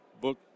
book